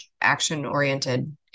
action-oriented